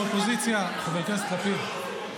ראש האופוזיציה חבר הכנסת לפיד,